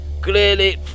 Clearly